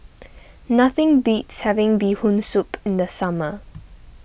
nothing beats having Bee Hoon Soup in the summer